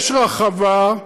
יש רחבה,